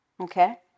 okay